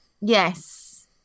Yes